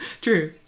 True